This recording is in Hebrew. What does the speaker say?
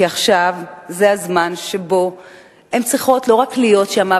כי עכשיו זה הזמן שבו הן צריכות להיות שם,